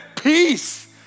peace